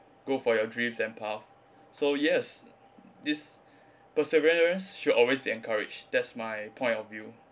go for your dreams and path so yes this perseverance should always be encouraged that's my point of view